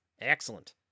Excellent